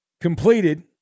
completed